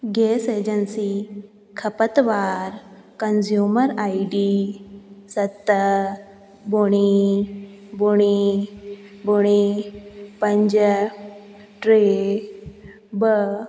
gas agency खपतवार consumer ID सत ॿुड़ी ॿुड़ी ॿुड़ी पंज टे ॿ